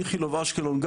איכילוב-אשקלון,